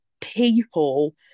people